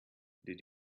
did